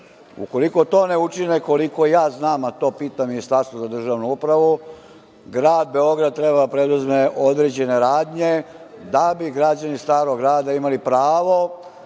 Ukoliko to ne učine, koliko ja znam, a to pitam Ministarstvo za državnu upravu, grad Beograd treba da preduzme određene radnje da bi građani Starog Grada imali pravo